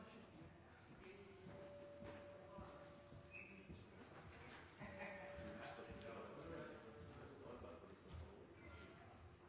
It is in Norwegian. i neste